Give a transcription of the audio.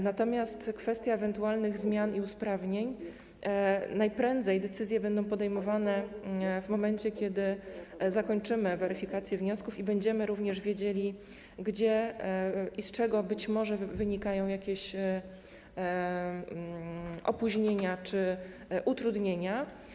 Natomiast co do kwestii ewentualnych zmian i usprawnień, to decyzje najprędzej będą podejmowane w momencie, kiedy zakończymy weryfikację wniosków i będziemy wiedzieli, gdzie i z czego być może wynikają jakieś opóźnienia czy utrudnienia.